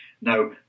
Now